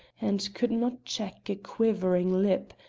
and could not check a quivering lip,